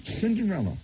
Cinderella